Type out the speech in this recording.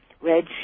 red